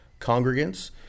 congregants